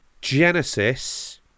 genesis